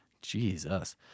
jesus